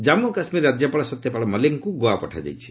ଜାମ୍ମୁ କାଶ୍କୀରର ରାଜ୍ୟପାଳ ସତ୍ୟପାଲ ମଲ୍ଲିକଙ୍କୁ ଗୋଆ ପଠାଯାଇଛି